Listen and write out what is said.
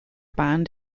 band